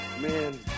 man